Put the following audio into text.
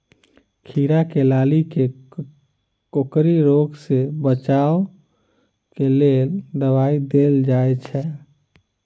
खीरा केँ लाती केँ कोकरी रोग सऽ बचाब केँ लेल केँ दवाई देल जाय छैय?